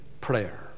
prayer